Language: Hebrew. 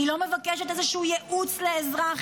היא לא מבקשת איזשהו ייעוץ לאזרח,